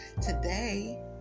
today